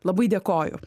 labai dėkoju